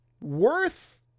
worth